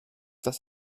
das